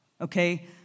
Okay